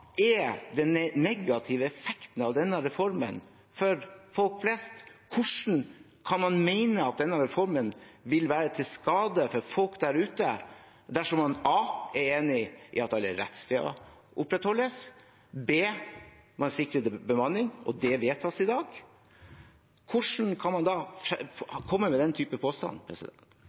er den negative effekten av denne reformen for folk flest? Hvordan kan man mene at denne reformen vil være til skade for folk der ute, dersom man a) er enig i at alle rettssteder opprettholdes, og b) sikrer bemanning, og det vedtas i dag? Hvordan kan man da komme med den type påstand?